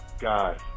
guys